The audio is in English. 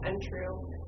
untrue